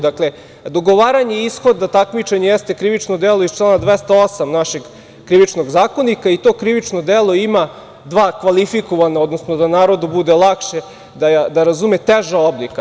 Dakle, dogovaranje ishoda takmičenja jeste krivično delo iz člana 208. našeg Krivičnog zakonika i to krivično delo ima dva kvalifikovana, odnosno, da narodu bude lakše da razume, teža oblika.